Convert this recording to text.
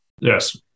Yes